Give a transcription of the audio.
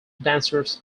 dancers